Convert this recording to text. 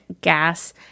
gas